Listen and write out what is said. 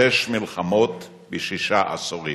שש מלחמות בשישה עשורים.